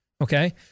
Okay